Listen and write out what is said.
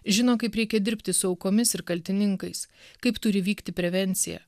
žino kaip reikia dirbti su aukomis ir kaltininkais kaip turi vykti prevencija